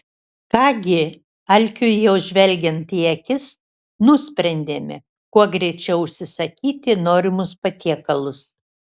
ką gi alkiui jau žvelgiant į akis nusprendėme kuo greičiau užsisakyti norimus patiekalus